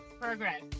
progress